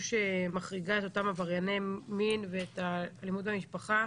שמחריגה את אותם עברייני מין ואת האלימות במשפחה,